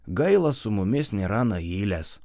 gaila su mumis nėra nailės